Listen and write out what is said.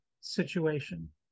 situation